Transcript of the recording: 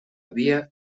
vía